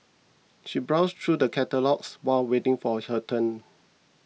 she browsed through the catalogues while waiting for her turn